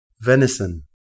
venison